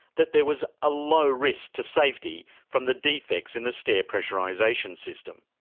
that there was a low risk to safety from the defects in the stair pressurisation system.